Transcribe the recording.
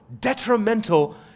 detrimental